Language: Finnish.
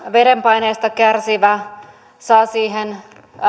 verenpaineesta kärsivä saa siihen